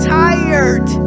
tired